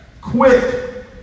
Quit